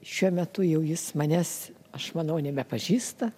šiuo metu jau jis manęs aš manau nebepažįsta